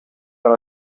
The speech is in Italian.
alla